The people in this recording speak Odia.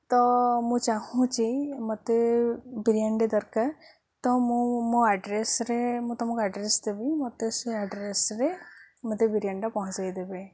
ତ ମୁଁ ଚାହୁଁଛି ମୋତେ ବିରିୟାନୀଟେ ଦରକାର ତ ମୁଁ ମୋ ଆଡ଼୍ରେସ୍ରେ ମୁଁ ତୁମକୁ ଆଡ଼୍ରେସ୍ ଦେବି ମୋତେ ସେ ଆଡ଼୍ରେସ୍ରେ ମୋତେ ବିରିୟାନୀଟା ପହଞ୍ଚାଇ ଦେବେ